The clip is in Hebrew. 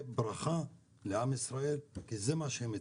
ברכה לעם ישראל כי זה מה שהם מצפים.